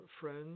friends